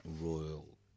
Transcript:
Royal